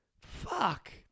Fuck